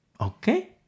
Okay